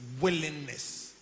willingness